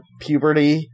puberty